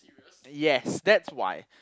yes that's why